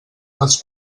els